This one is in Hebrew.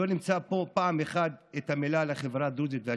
לא נמצא פה פעם אחת את המילים "לחברה הדרוזית והצ'רקסית",